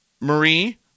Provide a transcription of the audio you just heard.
Marie